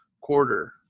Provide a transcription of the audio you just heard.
quarter